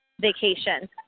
vacation